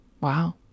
Wow